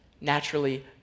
naturally